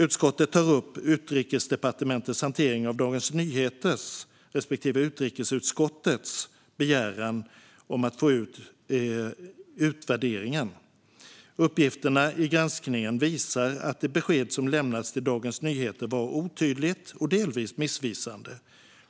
Utskottet tar upp Utrikesdepartementets hantering av Dagens Nyheters respektive utrikesutskottets begäran om att få ut utvärderingen. Uppgifterna i granskningen visar att det besked som lämnades till Dagens Nyheter var otydligt och delvis missvisande.